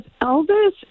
Elvis